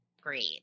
Great